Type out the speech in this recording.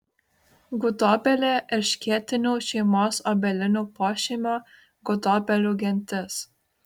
gudobelė erškėtinių šeimos obelinių pošeimio gudobelių gentis